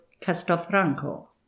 Castelfranco